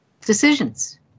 decisions